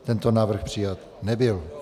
Tento návrh přijat nebyl.